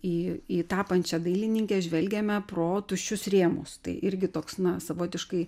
į į tapančią dailininkę žvelgiame pro tuščius rėmus tai irgi toks na savotiškai